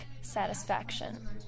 satisfaction